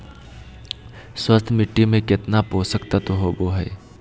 स्वस्थ मिट्टी में केतना पोषक तत्त्व होबो हइ?